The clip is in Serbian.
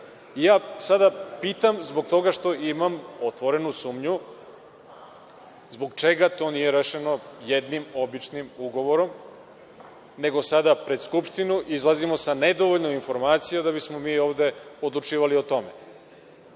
sada pitam, zbog toga što imam otvorenu sumnju – zbog čega to nije rešeno jednim običnim ugovorom, nego sada pred Skupštinu izlazimo sa nedovoljno informacija, da bismo mi ovde odlučivali o tome? Nije